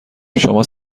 شما